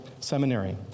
Seminary